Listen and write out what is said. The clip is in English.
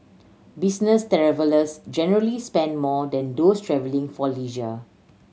business travellers generally spend more than those travelling for leisure